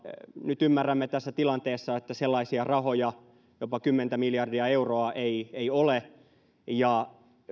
nyt tässä tilanteessa ymmärrämme että sellaisia rahoja jopa kymmentä miljardia euroa ei ei ole ja